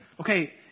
okay